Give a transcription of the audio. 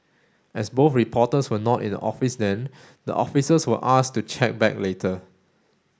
as both reporters were not in the office then the officers were asked to check back later